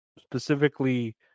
specifically